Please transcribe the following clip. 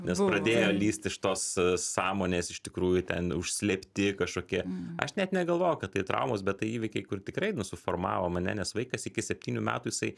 nes pradėjo lįst iš tos sąmonės iš tikrųjų ten užslėpti kažkokie aš net negalvojau kad tai traumos bet tai įvykiai kur tikrai nu suformavo mane nes vaikas iki septynių metų jisai